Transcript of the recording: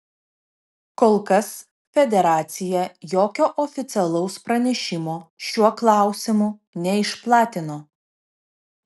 kol kas federacija jokio oficialaus pranešimo šiuo klausimu neišplatino